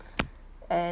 and